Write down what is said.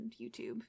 youtube